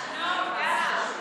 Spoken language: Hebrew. נו, יאללה, ניסן,